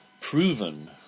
proven